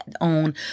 own